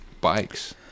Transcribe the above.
bikes